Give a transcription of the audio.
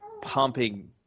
pumping